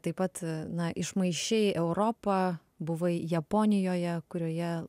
taip pat na išmaišei europą buvai japonijoje kurioje